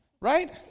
Right